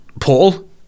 Paul